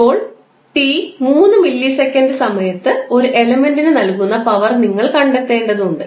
ഇപ്പോൾ t 3 millisecond സമയത്ത് ഒരു എലിമെൻറിന് നൽകുന്ന പവർ നിങ്ങൾ കണ്ടെത്തേണ്ടതുണ്ട്